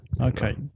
Okay